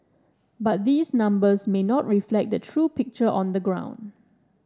but these numbers may not reflect the true picture on the ground